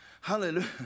Hallelujah